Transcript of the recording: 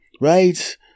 right